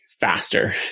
faster